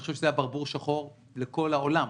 אני חושב שזה היה ברבור שחור לכל העולם,